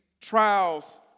trials